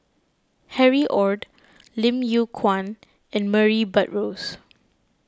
Harry Ord Lim Yew Kuan and Murray Buttrose